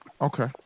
Okay